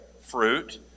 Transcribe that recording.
fruit